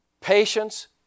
patience